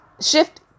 shift